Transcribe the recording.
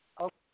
Okay